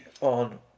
on